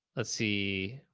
let's see,